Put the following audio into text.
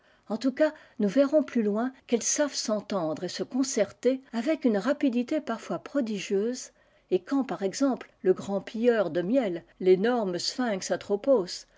en tout cas nous verrons plus loin qu'elles savent s'entendre et se concerter avec une rapidité parfois prodigieuse et quand par exemple le grand pilleur de miel ténorme sphinx